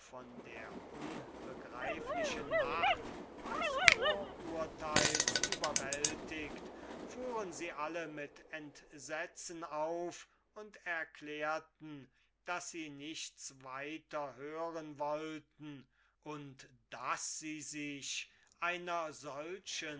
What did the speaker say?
der unbegreiflichen macht des vorurteils überwältigt fuhren sie alle mit entsetzen auf und erklärten daß sie nichts weiter hören wollten und daß sie sich einer solchen